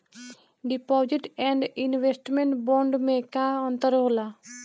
Deposit and investment bond मे का अंतर होला?